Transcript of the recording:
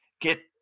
get